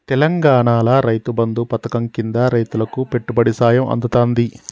తెలంగాణాల రైతు బంధు పథకం కింద రైతులకు పెట్టుబడి సాయం అందుతాంది